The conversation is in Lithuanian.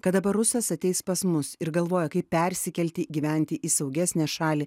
kad dabar rusas ateis pas mus ir galvoja kaip persikelti gyventi į saugesnę šalį